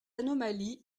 anomalie